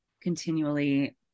continually